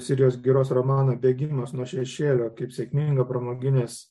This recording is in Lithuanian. sirijos giros romaną bėgimas nuo šešėlio kaip sėkmingą pramoginės